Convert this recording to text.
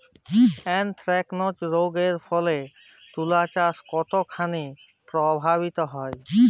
Anthracnose রোগ এর ফলে তুলাচাষ কতখানি প্রভাবিত হয়?